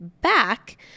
back